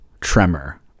tremor